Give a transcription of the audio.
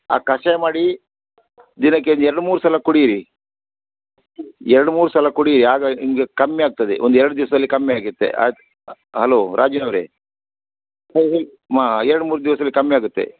ಆ ಕಷಾಯ ಮಾಡಿ ದಿನಕ್ಕೆ ಎರಡು ಮೂರು ಸಲ ಕುಡಿಯಿರಿ ಎರಡು ಮೂರು ಸಲ ಕುಡೀರಿ ಆಗ ನಿಮಗೆ ಕಮ್ಮಿ ಆಗ್ತದೆ ಒಂದು ಎರಡು ದಿವಸ್ದಲ್ಲಿ ಕಮ್ಮಿ ಆಗುತ್ತೆ ಅದು ಹಲೋ ರಾಜಿನವ್ರೆ ಹಾಂ ಎರಡು ಮೂರು ದಿವ್ಸ್ದಲ್ಲಿ ಕಮ್ಮಿ ಆಗುತ್ತೆ